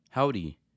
Howdy